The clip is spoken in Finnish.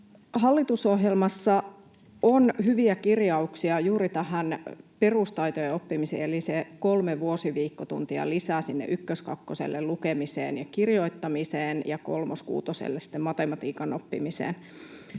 Hallitusohjelmassa on hyviä kirjauksia juuri tähän perustaitojen oppimiseen, eli se kolme vuosiviikkotuntia lisää sinne ykkös—kakkoselle lukemiseen ja kirjoittamiseen ja kolmas kuutoselle sitten matematiikan oppimiseen,